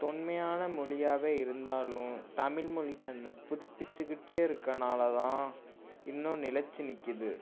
தொன்மையான மொழியாவே இருந்தாலும் தமிழ் மொழி தன்னை புதுபிச்சிக்கிட்டே இருக்கனாலதா இன்னும் நிலைச்சு நிற்கிது